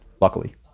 luckily